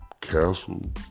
castle